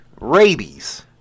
Rabies